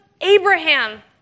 Abraham